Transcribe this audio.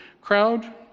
crowd